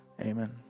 Amen